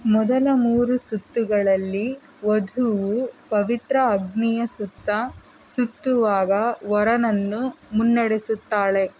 ಮೊದಲ ಮೂರು ಸುತ್ತುಗಳಲ್ಲಿ ವಧುವು ಪವಿತ್ರ ಅಗ್ನಿಯ ಸುತ್ತ ಸುತ್ತುವಾಗ ವರನನ್ನು ಮುನ್ನಡೆಸುತ್ತಾಳೆ